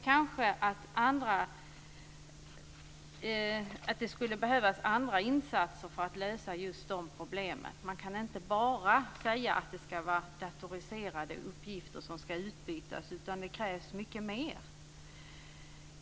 Kanske skulle det också behövas andra insatser för att lösa just de här problemen. Man kan inte bara säga att det är datoriserade uppgifter som skall utbytas, utan det krävs mycket mera.